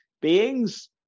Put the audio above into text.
beings